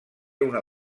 una